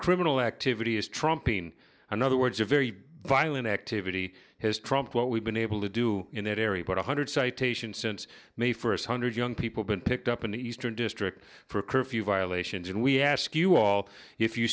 criminal activity is trumping another words a very violent activity has trumped what we've been able to do in the very but one hundred citations since may first hundred young people been picked up in the eastern district for curfew violations and we ask you all if you